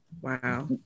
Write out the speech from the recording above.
Wow